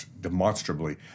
demonstrably